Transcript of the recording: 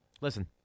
Listen